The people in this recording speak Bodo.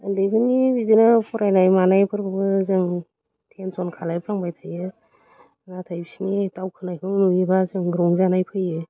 उन्दैफोरनि बिदिनो फरायनाय मानायफोरखौबो जों टेनसन खालामफ्लांबाय थायो नाथाय बिसोरनि दावखोनायखौ नुयोबा जों रंजानाय फैयो